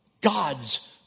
God's